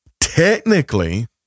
Technically